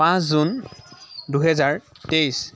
পাঁচ জুন দুহেজাৰ তেইছ